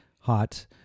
hot